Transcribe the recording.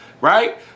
Right